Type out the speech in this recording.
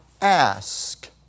ask